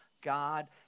God